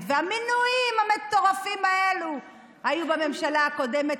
והמינויים המטורפים האלה היו בממשלה הקודמת,